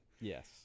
Yes